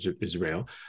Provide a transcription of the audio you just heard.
Israel